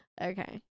Okay